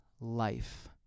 life